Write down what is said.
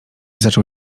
zaczął